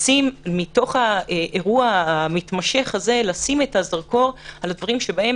לשים את הזרקור מתוך האירוע המתמשך הזה על הדברים שבהם